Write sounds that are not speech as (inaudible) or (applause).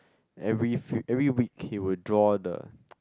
every few every week he will draw the (noise)